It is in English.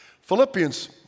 Philippians